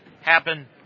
happen